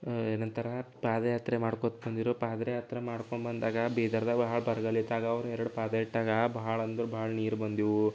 ಏನಂತಾರ ಪಾದಯಾತ್ರೆ ಮಾಡ್ಕೊತ್ತಾ ಬಂದಿರೊ ಪಾದ್ರಯಾತ್ರೆ ಮಾಡ್ಕೋಬಂದಾಗ ಬೀದರ್ದಾಗೆ ಭಾಳ ಬರಗಾಲಿತ್ತು ಆಗ ಅವರು ಎರಡು ಪಾದ ಇಟ್ಟಾಗ ಬಹಳ ಅಂದರೆ ಭಾಳ ನೀರು ಬಂದಿದ್ವೂ